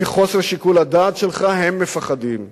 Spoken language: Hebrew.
מחוסר שיקול הדעת שלך הם מפחדים,